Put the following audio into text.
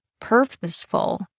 purposeful